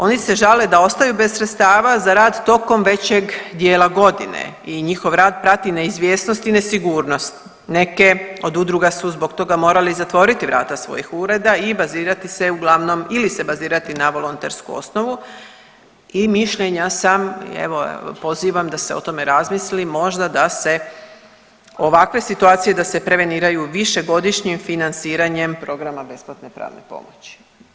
Oni se žale da ostaju bez sredstava za rad tokom većeg dijela godine i njihov rad prati neizvjesnost i nesigurnost, neke od udruga su zbog toga morali zatvoriti vrata svojih ureda i bazirati se uglavnom ili se bazirati na volontersku osnovu i mišljenja sam i evo pozivam da se o tome razmisli možda da se, ovakve situacije da se preveniraju višegodišnjim financiranjem programa besplatne pravne pomoći.